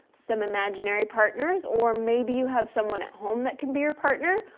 some imaginary partners or maybe you have someone at home that can be your partner,